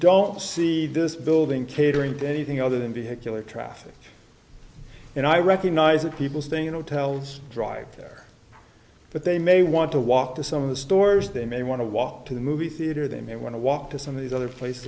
don't see this building catering to anything other than vehicular traffic and i recognize that people staying in hotels drive there but they may want to walk to some of the stores they may want to walk to the movie theater they may want to walk to some of these other places